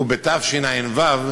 ובתשע"ו